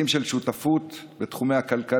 יחסים של שותפות בתחומי הכלכלה,